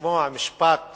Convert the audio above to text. לשמוע משפט